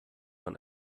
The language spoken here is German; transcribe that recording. man